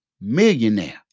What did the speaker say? millionaire